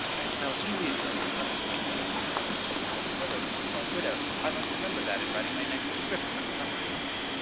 i smell heliotrope i mutter to myself a sickly smell, the colour worn by widows i must remember that in writing my next description of a summer evening.